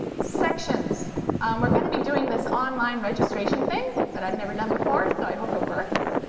sections we're going to be doing this online registration thing that i've never done before, so i hope it works.